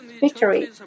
victory